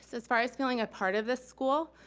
so as far as feeling a part of this school,